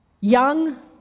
Young